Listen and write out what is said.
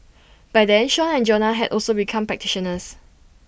by then Sean and Jonah had also become practitioners